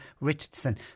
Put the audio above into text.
Richardson